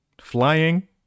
flying